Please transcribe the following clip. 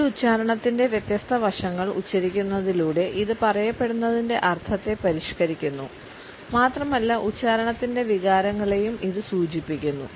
ഒരു ഉച്ചാരണത്തിന്റെ വ്യത്യസ്ത വശങ്ങൾ ഉച്ചരിക്കുന്നതിലൂടെ ഇത് പറയപ്പെടുന്നതിന്റെ അർത്ഥത്തെ പരിഷ്ക്കരിക്കുന്നു മാത്രമല്ല ഉച്ചാരണത്തിന്റെ വികാരങ്ങളെയും ഇത് സൂചിപ്പിക്കുന്നു